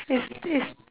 is is